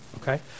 okay